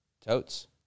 Totes